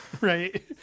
Right